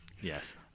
Yes